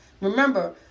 remember